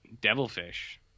devilfish